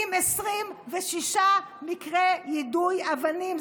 עם 26 מקרי יידוי אבנים,